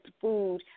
food